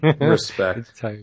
Respect